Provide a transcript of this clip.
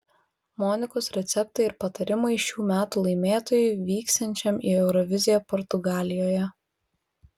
monikos receptai ir patarimai šių metų laimėtojui vyksiančiam į euroviziją portugalijoje